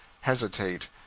hesitate